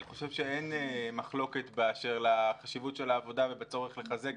אני חושב שאין מחלוקתך באשר לחשיבות של העבודה ובצורך לחזק